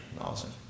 Awesome